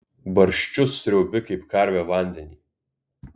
barščius sriaubi kaip karvė vandenį